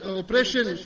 oppression